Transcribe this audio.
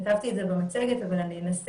כתבתי את זה במצגת, אבל אני אנסה